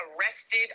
arrested